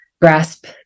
grasp